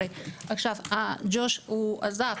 ג'וש עזב,